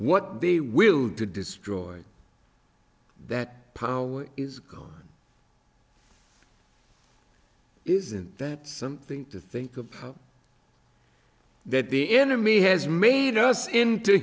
what they willed to destroy that power is gone isn't that something to think of that the enemy has made us into